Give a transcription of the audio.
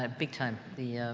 ah big time the,